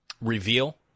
reveal